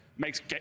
makes